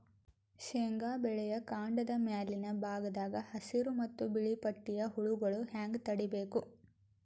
ಶೇಂಗಾ ಬೆಳೆಯ ಕಾಂಡದ ಮ್ಯಾಲಿನ ಭಾಗದಾಗ ಹಸಿರು ಹಾಗೂ ಬಿಳಿಪಟ್ಟಿಯ ಹುಳುಗಳು ಹ್ಯಾಂಗ್ ತಡೀಬೇಕು?